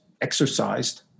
exercised